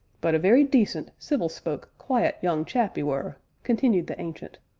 but a very decent, civil-spoke, quiet young chap e were! continued the ancient,